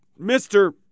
Mr